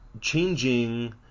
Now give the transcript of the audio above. changing